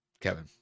Kevin